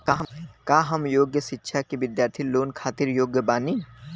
का हम उच्च शिक्षा के बिद्यार्थी लोन खातिर योग्य बानी?